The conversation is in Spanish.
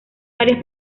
varias